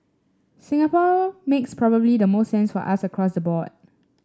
Singapore makes probably the most sense for us across the board